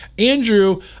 Andrew